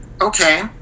Okay